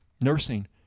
Nursing